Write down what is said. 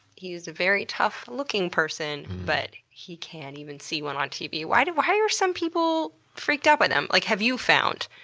he is a very tough looking person but he can't even see one on tv. why do why are some people freaked out by them? like, have you found?